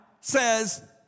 says